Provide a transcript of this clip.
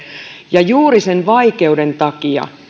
ja juuri sen vaikeuden takia